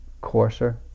coarser